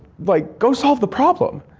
like, go solve the problem.